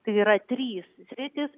tai yra trys sritys